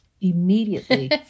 immediately